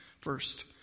first